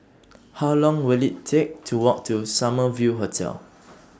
How Long Will IT Take to Walk to Summer View Hotel